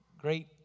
great